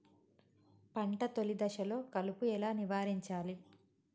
పంట తొలి దశలో కలుపు ఎలా నివారించాలి?